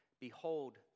Behold